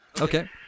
Okay